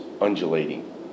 undulating